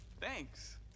Thanks